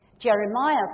Jeremiah